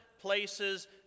places